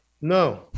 No